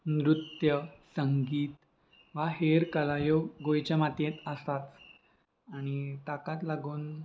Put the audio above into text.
नृत्य संगीत वा हेर कला ह्यो गोंयच्या मातयेंत आसाच आनी ताकाच लागून